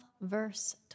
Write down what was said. verse